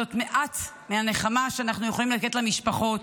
וזאת מעט מהנחמה שאנחנו יכולים לתת למשפחות